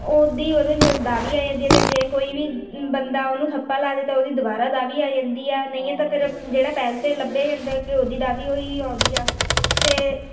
ਉਹਦੀ ਉਹਦੇ ਸਿਰ ਦਾਵੀ ਆ ਜਾਂਦੀ ਹੈ ਅਤੇ ਜੇ ਕੋਈ ਵੀ ਬੰਦਾ ਉਹਨੂੰ ਥੱਪਾ ਲਾ ਦਏ ਤਾਂ ਉਹਦੀ ਦੁਬਾਰਾ ਦਾਵੀ ਆ ਜਾਂਦੀ ਆ ਨਹੀਂ ਤਾਂ ਫਿਰ ਜਿਹੜਾ ਪਹਿਲ 'ਤੇ ਲੱਭੇ ਜਾਂਦਾ ਕਿ ਉਹਦੀ ਦਾਵੀ ਹੀ ਆਉਂਦੀ ਆ ਅਤੇ